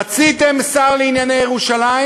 רציתם שר לענייני ירושלים?